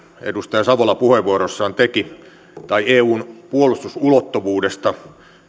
edustaja savola puheenvuorossaan teki tai eun puolustusulottuvuudesta